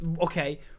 okay